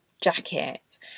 jacket